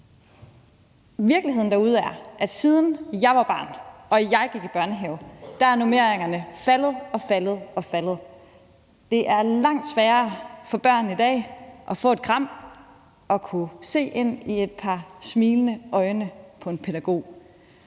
virkeligheden derude er, at siden jeg var barn og jeg gik i børnehave, er normeringerne faldet og faldet. Det er langt sværere for børn i dag at få et kram og at kunne se ind i et par smilende øjne på en pædagog.